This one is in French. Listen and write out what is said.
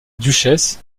duchesse